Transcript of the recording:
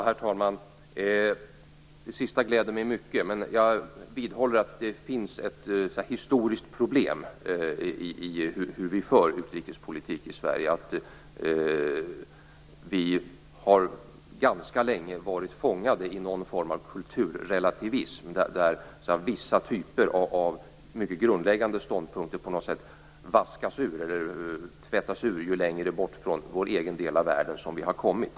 Herr talman! Det sista gläder mig mycket, men jag vidhåller att det finns ett historiskt problem när det gäller hur vi för utrikespolitik i Sverige. Vi har ganska länge varit fångade i någon form av kulturrelativism. Vissa typer av mycket grundläggande ståndpunkter har på något sätt tvättats ur ju längre bort från vår egen del i världen som vi har kommit.